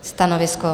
Stanovisko?